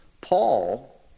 Paul